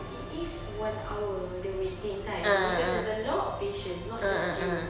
it is one hour the waiting time because it's a lot of patients not just you